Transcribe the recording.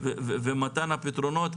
ומתן הפתרונות,